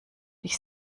dich